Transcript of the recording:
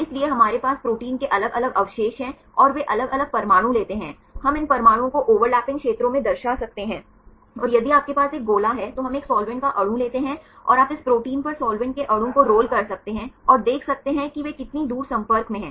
इसलिए हमारे पास प्रोटीन के अलग अलग अवशेष हैं और वे अलग अलग परमाणु लेते हैं हम इन परमाणुओं को ओवर लैपिंग क्षेत्रों में दर्शा सकते हैं और यदि आपके पास एक गोला है तो हम एक साल्वेंट का अणु लेते हैं और आप इस प्रोटीन पर साल्वेंट के अणु को रोल कर सकते हैं और देख सकते हैं वे कितनी दूर संपर्क में हैं